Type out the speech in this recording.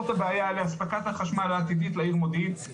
את הבעיה באספקת בחשמל העתידית לעיר מודיעין.